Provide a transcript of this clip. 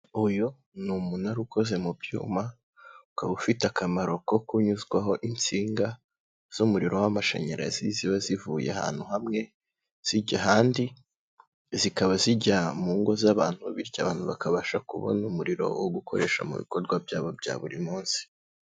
Uyu ni umunara ukoze mu byuma ukaba ufite akamaro ko kunyuzwaho insinga z'umuriro w'amashanyarazi, ziba zivuye ahantu hamwe zijya ahandi zikaba zijya mu ngo z'abantu bityo abantu bakabasha kubona umuriro wo gukoresha mu bikorwa byabo bya buri munsi.